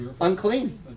unclean